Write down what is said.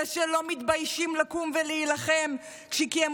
אלה שלא מתביישים לקום ולהילחם כי הם